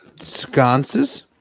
Sconces